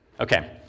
Okay